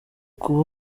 kuba